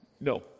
No